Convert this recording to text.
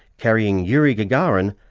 carrying yuri gagarin,